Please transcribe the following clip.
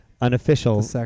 unofficial